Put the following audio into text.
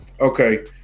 Okay